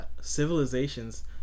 civilizations